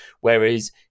Whereas